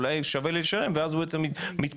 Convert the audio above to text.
אולי שווה לי לשלם ואז הוא בעצם מתפשר,